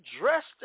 dressed